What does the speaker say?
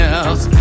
else